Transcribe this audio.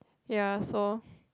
ya so